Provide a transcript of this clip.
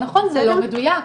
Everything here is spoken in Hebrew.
זה לא מדוייק,